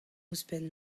ouzhpenn